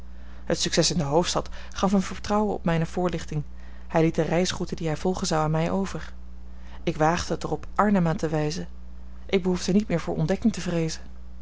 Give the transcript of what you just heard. het succes in de hoofdstad gaf hem vertrouwen op mijne voorlichting hij liet de reisroute die hij volgen zou aan mij over ik waagde het er op arnhem aan te wijzen ik behoefde niet meer voor ontdekking te vreezen